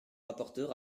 rapporteur